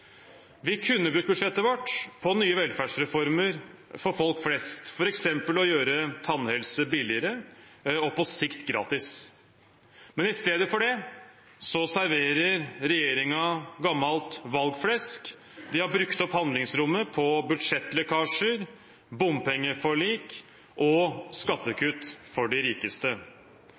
Vi kunne brukt budsjettet vårt på nye velferdsreformer for folk flest, f.eks. gjøre tannhelse billigere og på sikt gratis. Men isteden serverer regjeringen gammelt valgflesk. De har brukt opp handlingsrommet på budsjettlekkasjer, bompengeforlik og skattekutt for de rikeste.